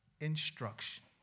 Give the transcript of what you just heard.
Instruction